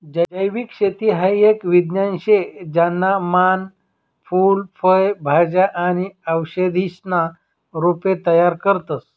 जैविक शेती हाई एक विज्ञान शे ज्याना मान फूल फय भाज्या आणि औषधीसना रोपे तयार करतस